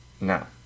No